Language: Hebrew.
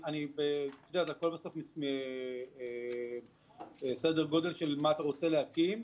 בסוף זה סדר גודל של מה רוצים להקים.